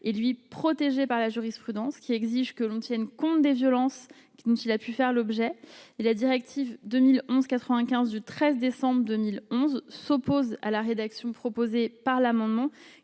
et lui protégé par la jurisprudence qui exige que l'on tienne compte des violences qui nous ne s'il a pu faire l'objet de la directive 2011 95 du 13 décembre 2011, s'oppose à la rédaction proposée par l'amendement